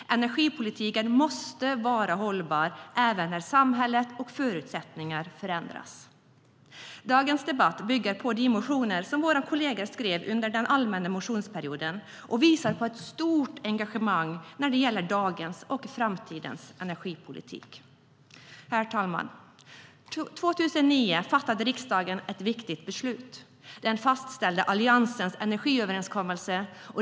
Energipolitiken måste vara hållbar även när samhället och förutsättningarna ändras. Herr talman! År 2009 fattade riksdagen ett viktigt beslut då den fastställde Alliansens energiöverenskommelse.